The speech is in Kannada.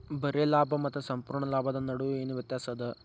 ಬರೆ ಲಾಭಾ ಮತ್ತ ಸಂಪೂರ್ಣ ಲಾಭದ್ ನಡು ಏನ್ ವ್ಯತ್ಯಾಸದ?